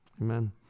Amen